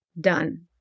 done